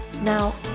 Now